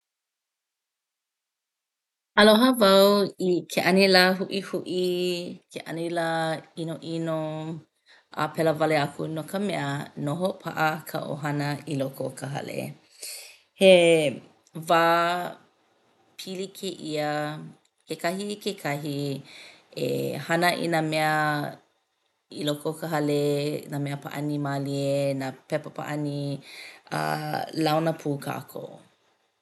Aloha wau i ke anilā huʻihuʻi, ke anilā ʻinoʻino a pēlā wale aku no ka mea noho paʻa ka ʻohana i loko o ka hale. He wā pili kēia kekahi i kekahi e hana i nā mea i loko o ka hale nā mea pāʻani mālie, nā pepa pāʻani a launa pū kākou.